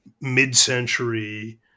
mid-century